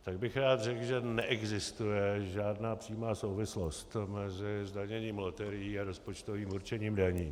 Tak bych rád řekl, že neexistuje žádná přímá souvislost mezi zdaněním loterií a rozpočtovým určením daní.